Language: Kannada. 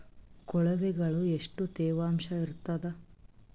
ಕೊಳವಿಗೊಳ ಎಷ್ಟು ತೇವಾಂಶ ಇರ್ತಾದ?